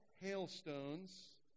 hailstones